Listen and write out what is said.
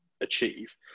achieve